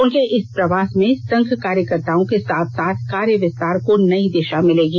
उनके इस प्रवास में संघ कार्यकर्ताओं के साथ साथ कार्य विस्तार को नई दिषा मिलेगी